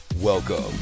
Welcome